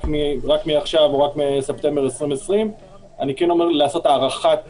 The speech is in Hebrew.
מעכשיו או רק מספטמבר 2020. אני כן אומר לעשות הארכת